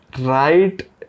right